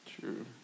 True